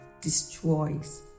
destroys